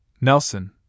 Nelson